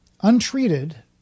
untreated